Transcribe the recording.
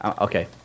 okay